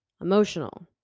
emotional